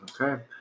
Okay